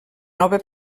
nova